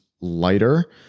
lighter